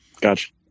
Gotcha